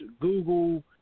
Google